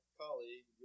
colleague